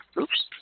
Oops